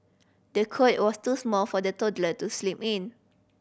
the cot was too small for the toddler to sleep in